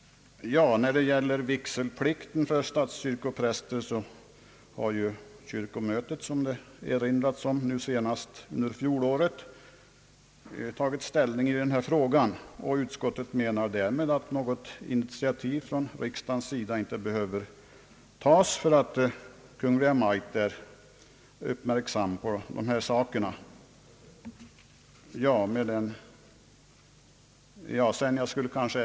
Vad beträffar vigselplikten för statskyrkopräster har kyrkomötet, som det erinrats om, senast förra året tagit ställning i frågan. Utskottet anser därför att något initiativ från riksdagens sida inte behöver tas, eftersom Kungl. Maj:t har uppmärksamheten riktad mot dessa ting.